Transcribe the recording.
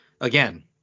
Again